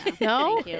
no